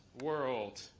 World